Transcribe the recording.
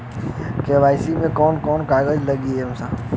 KYC मे कवन कवन कागज लगी ए साहब?